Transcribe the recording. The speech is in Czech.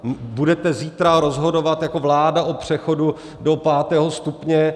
Budete zítra rozhodovat jako vláda o přechodu do pátého stupně.